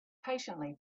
patiently